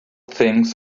things